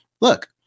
look